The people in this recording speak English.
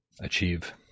achieve